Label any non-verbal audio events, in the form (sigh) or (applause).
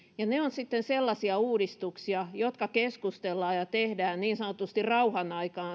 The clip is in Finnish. ja ne ovat sitten sellaisia uudistuksia jotka keskustellaan ja tehdään niin sanotusti rauhanaikaan (unintelligible)